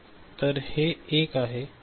तर हे 1 आहे